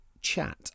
chat